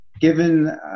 given